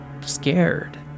scared